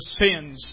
sins